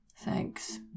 Thanks